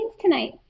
tonight